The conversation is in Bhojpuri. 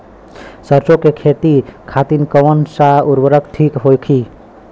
सरसो के खेती खातीन कवन सा उर्वरक थिक होखी?